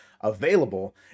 available